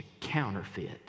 counterfeit